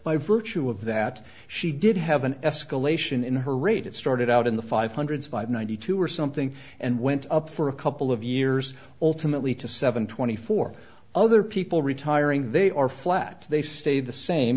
by virtue of that she did have an escalation in her rate it started out in the five hundred five ninety two or something and went up for a couple of years alternately to seven twenty four other people retiring they are flat they stay the same